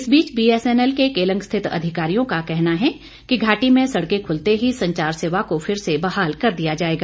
इस बीच बीएसएनएल के केलंग स्थित अधिकारियों का कहना है कि घाटी में सड़कें खुलते ही संचार सेवा को फिर से बहाल कर दिया जाएगा